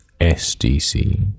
SDC